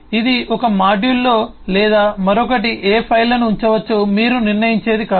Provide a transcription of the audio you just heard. ఇది ఒక మాడ్యూల్లో లేదా మరొకటి ఏ ఫైళ్ళను ఉంచవచ్చో మీరు నిర్ణయించేది కాదు